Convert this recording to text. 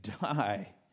die